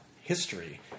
history